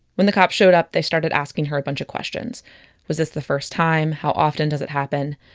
when the cops showed up, they started asking her a bunch of questions was this the first time? how often does it happen?